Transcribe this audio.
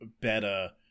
better